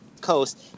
Coast